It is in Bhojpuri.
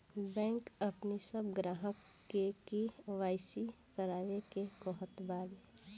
बैंक अपनी सब ग्राहकन के के.वाई.सी करवावे के कहत बाने